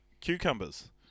Cucumbers